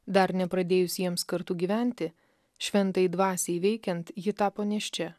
dar nepradėjus jiems kartu gyventi šventajai dvasiai veikiant ji tapo nėščia